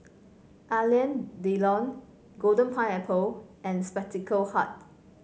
Alain Delon Golden Pineapple and Spectacle Hut